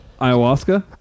Ayahuasca